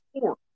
four